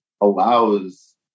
allows